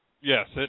Yes